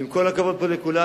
ועם כל הכבוד פה לכולם,